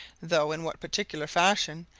though in what particular fashion,